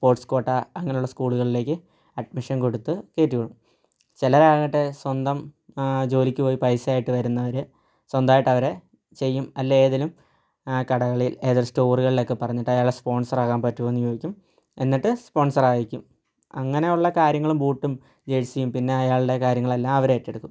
sports quota അങ്ങനെയുള്ള സ്കൂളുകളിലേക്ക് admission കൊടുത്ത് കയറ്റി വിടും ചിലരാകട്ടെ സ്വന്തം ജോലിക്ക് പോയി പൈസ ആയിട്ട് വരുന്നവർ സ്വന്തമായിട്ട് അവരെ ചെയ്യും അല്ലെങ്കിൽ ഏതെങ്കിലും കടകളിൽ ഏതെങ്കിലും സ്റ്റോറുകളിലൊക്കെ പറഞ്ഞിട്ട് അയാളെ സ്പോൺസർ ആകാൻ പറ്റുവോ എന്ന് ചോദിക്കും എന്നിട്ട് സ്പോൺസർ ആയിരിക്കും അങ്ങനെയുള്ള കാര്യങ്ങളും ബൂട്ടും ജേഴ്സിയും പിന്നെ അയാളുടെ കാര്യങ്ങളെല്ലാം അവരേറ്റെടുക്കും